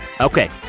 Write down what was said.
Okay